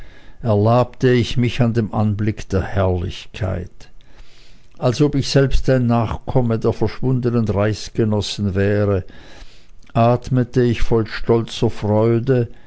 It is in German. erlabte ich mich an dem anblick der herrlichkeit als ob ich selbst ein nachkomme der verschwundenen reichsgenossen wäre atmete ich voll stolzer freude